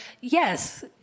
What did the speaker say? yes